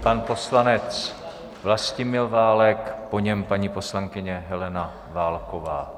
Pan poslanec Vlastimil Válek, po něm paní poslankyně Helena Válková.